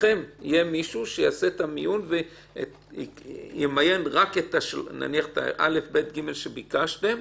אצלכם יהיה מישהו שימיין רק את הא',ב',ג' שביקשתם,